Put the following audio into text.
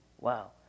Wow